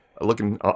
looking